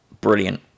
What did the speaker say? Brilliant